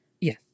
Yes